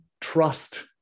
trust